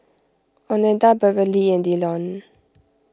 oneida Beverly and Dillon